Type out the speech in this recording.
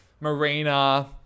Marina